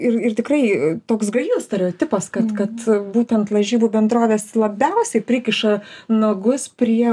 ir ir tikrai toks gajus stereotipas kad kad būtent lažybų bendrovės labiausiai prikiša nagus prie